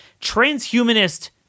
transhumanist